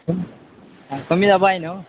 कमी जावपा जाय न्हू